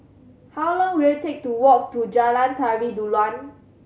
how long will it take to walk to Jalan Tari Dulang